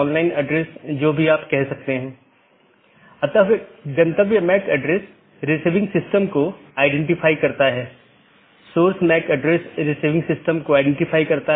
बाहरी gateway protocol जो एक पाथ वेक्टर प्रोटोकॉल का पालन करते हैं और ऑटॉनमस सिस्टमों के बीच में सूचनाओं के आदान प्रदान की अनुमति देता है